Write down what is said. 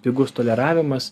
pigus toleravimas